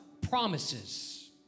promises